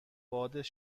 باد